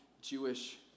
Jewish